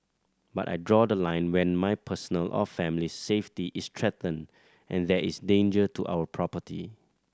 but I draw the line when my personal or family's safety is threatened and there is danger to our property